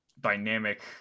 dynamic